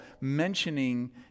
mentioning